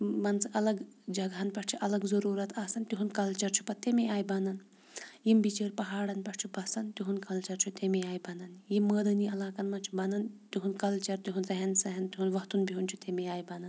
مان ژٕ الگ جَگہٕ ہَن پٮ۪ٹھ چھِ الگ ضٔروٗرت آسان تِہُنٛد کَلچَر چھُ پَتہٕ تَمے آیہِ بَنان یِم بِچٲرۍ پہاڑَن پٮ۪ٹھ چھُ بَسان تِہُنٛد کَلچَر چھُ تَمی آیہِ بَنان یہِ مٲدٲنی علاقَن منٛز چھُ بَنان تِہُنٛد کَلچَر تِہُنٛد ریہن سیہن تِہُنٛد وۄتھُن بِہُن چھُ تمی آیہِ بَنان